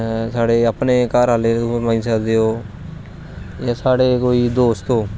साढ़े अपने घर आहले जां साढ़े कोई दोस्त होग